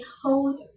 hold